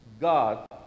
God